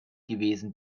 gewesen